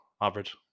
average